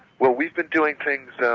well we've been doing things,